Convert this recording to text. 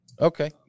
Okay